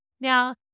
Now